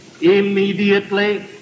immediately